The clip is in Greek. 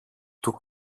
του